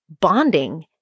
bonding